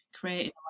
creating